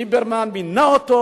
ליברמן מינה אותו,